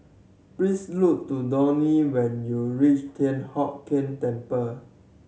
please look to Donny when you reach Thian Hock Keng Temple